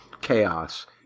chaos